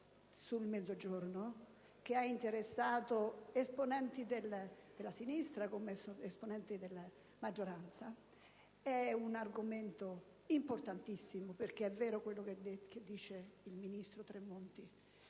maggioranza. È un argomento importantissimo, perché è vero quello che dice il ministro Tremonti: